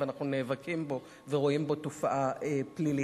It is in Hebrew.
ואנחנו נאבקים בו ורואים בו תופעה פלילית,